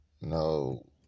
No